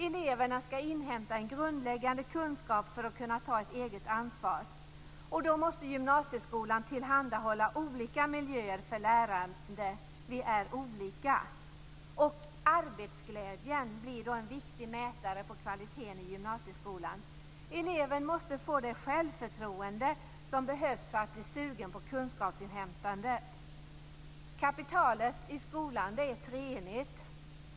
Eleverna skall inhämta en grundläggande kunskap för att kunna ta ett eget ansvar. Gymnasieskolan måste tillhandahålla olika miljöer för lärande. Vi är olika. Arbetsglädjen är en viktig mätare på kvaliteten i gymnasieskolan. Eleven måste få det självförtroende som behövs för att bli sugen på kunskapsinhämtande. Kapitalet i skolan är treenigt.